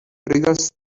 triggers